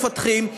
מפתחים.